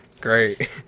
great